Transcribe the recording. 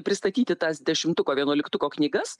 pristatyti tas dešimtuko vienuoliktuko knygas